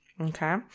Okay